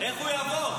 איך הוא יעבור?